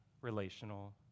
relational